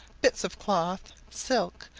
bits of cloth, silk,